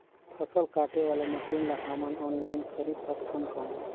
फसल काटे वाला मशीन ला हमन ऑनलाइन खरीद सकथन कौन?